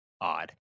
odd